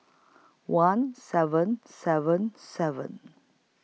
one seven seven seven